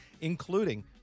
including